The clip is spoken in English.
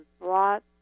brought